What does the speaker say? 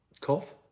Cough